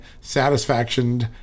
satisfactioned